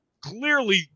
clearly